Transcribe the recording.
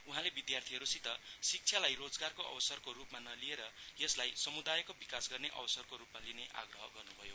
उहाँले विद्यार्थीहरूसित शिक्षालाई रोजगारको अवसरको रूपमा लिएर यसलाई समुदायको विकास गर्ने अवसरको रूपमा लिने आग्रह गर्नुभयो